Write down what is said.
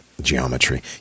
geometry